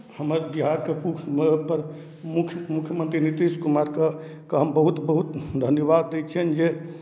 हमर बिहारके मु प्र मुख्य मुख्यमन्त्री नीतीश कुमारकेँ केँ हम बहुत बहुत धन्यवाद दै छियनि जे